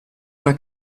una